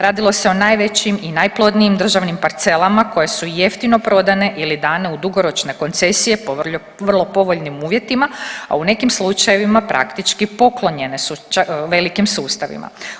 Radilo se o najvećim i najplodnijim državnim parcelama koje su jeftino prodane ili dane u dugoročne koncesije po vrlo povoljnim uvjetima, a u nekim slučajevima praktički poklonjene su velikim sustavima.